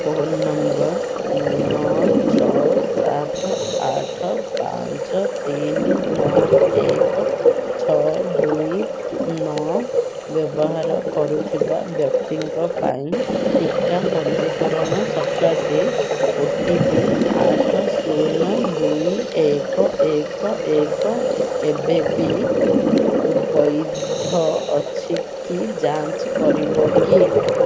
phone ନମ୍ବର ନଅ ଛଅ ସାତ ଆଠ ପାଞ୍ଚ ତିନି ନଅ ଏକ ଛଅ ଦୁଇ ନଅ ବ୍ୟବହାର କରୁଥିବା ବ୍ୟକ୍ତିଙ୍କ ପାଇଁ ଟିକା ପଞ୍ଜୀକରଣ ସକାଶେ ଓ ଟି ପି ଆଠ ଶୂନ ଦୁଇ ଏକ ଏକ ଏକ ଏବେ ବି ବୈଧ ଅଛି କି ଯାଞ୍ଚ କରିବ କି